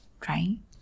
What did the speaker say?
trying